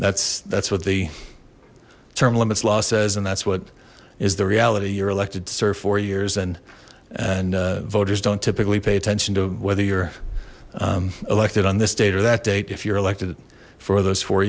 that's that's what the term limits law says and that's what is the reality you're elected to serve for years and and voters don't typically pay attention to whether you're elected on this date or that date if you're elected for those four